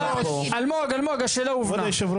אלמוג אלמוג השאלה הובנה, השאלה הובנה.